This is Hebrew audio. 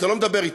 אתה לא מדבר אתו,